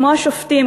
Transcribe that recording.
כמו השופטים,